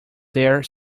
their